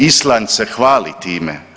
Island se hvali time.